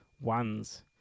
ones